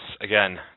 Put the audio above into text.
again